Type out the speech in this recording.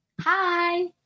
Hi